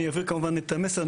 אני אעביר כמובן את המסר.